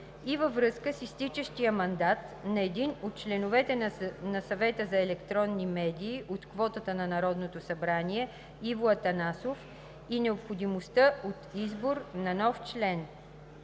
във връзка с изтичащия мандат на един от членовете на Съвета за електронни медии от квотата на Народното събрание Иво Атанасов и необходимостта от избор на нов член.